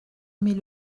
mais